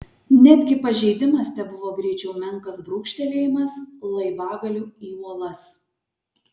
netgi pažeidimas tebuvo greičiau menkas brūkštelėjimas laivagaliu į uolas